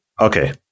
Okay